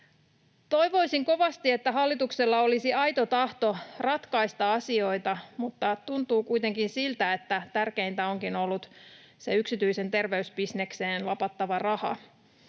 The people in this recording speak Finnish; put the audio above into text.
Toivoisin kovasti, että hallituksella olisi aito tahto ratkaista asioita, mutta tuntuu kuitenkin siltä, että tärkeintä onkin ollut se yksityiseen terveysbisnekseen lapattava raha.